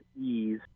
ease